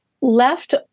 Left